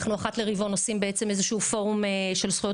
אנחנו אחת לרבעון עושים פורום של זכויות